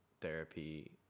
therapy